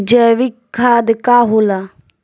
जैवीक खाद का होला?